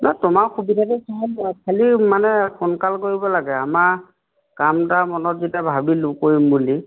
নাই তোমাৰ সুবিধাটো চাম মই খালি মানে সোনকাল কৰিব লাগে আমাৰ কাম এটা মনত যেতিয়া ভাবিলোঁ কৰিম বুলি